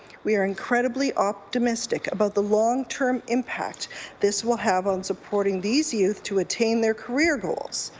we are incredibly optimistic about the long-term impact this will have on supporting these youth to attain their career goals,